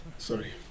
Sorry